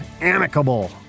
amicable